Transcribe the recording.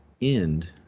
end